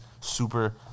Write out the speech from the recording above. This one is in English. super